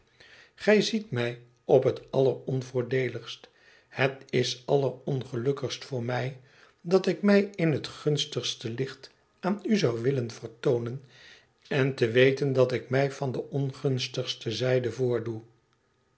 gij ziet mij op het alleronvoordeeligst het is allerongelukkigst voor mij dat ik mij in het gunstigste licht aan u zou willen vertoonen en te weten dat ik mij van de ongunstigste zijde voordoe